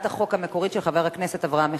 החוק המקורית של חבר הכנסת אברהם מיכאלי.